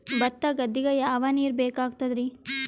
ಭತ್ತ ಗದ್ದಿಗ ಯಾವ ನೀರ್ ಬೇಕಾಗತದರೀ?